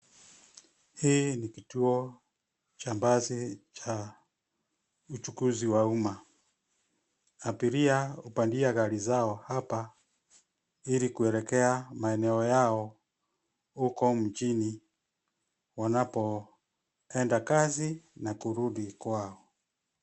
Hii ni kituo cha basi cha uchukuzi wa uma. Abiria hupandia gari zao hapa ili kuelekea maeneo yao huko mjini wanapoenda kazi na kurudi kwao.